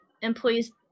employees